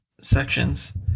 sections